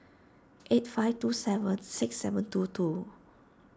eight five two seven six seven two two